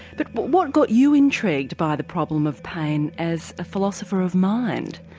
but but what got you intrigued by the problem of pain as a philosopher of mind?